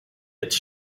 its